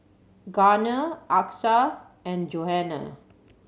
Garner Achsah and Johanna